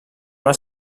una